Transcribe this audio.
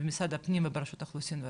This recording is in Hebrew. במשרד הפנים וברשות האוכלוסין וההגירה.